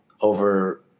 over